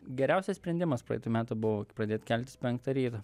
geriausias sprendimas praeitų metų buvo pradėt keltis penktą ryto